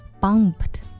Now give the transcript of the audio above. bumped